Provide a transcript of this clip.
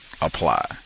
apply